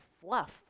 fluff